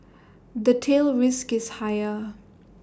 the tail risk is higher